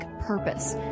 purpose